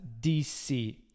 DC